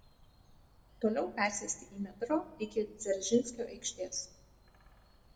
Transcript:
toliau persėsti į metro iki dzeržinskio aikštės